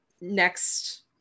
next